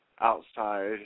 outside